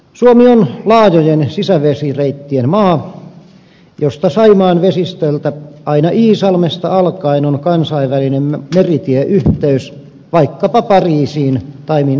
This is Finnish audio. suomi on laajojen sisävesireittien maa jossa saimaan vesistöltä aina iisalmesta alkaen on kansainvälinen meritieyhteys vaikkapa pariisiin tai minne tahansa